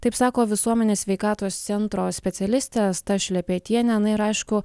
taip sako visuomenės sveikatos centro specialistė asta šlepetienė na ir aišku